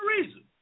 reason